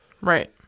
Right